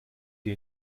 die